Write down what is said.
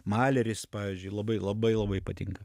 maleris pavyzdžiui labai labai labai patinka